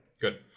Good